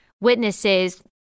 witnesses